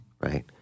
Right